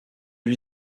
lui